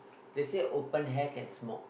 they say open air can smoke